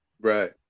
Right